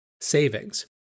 savings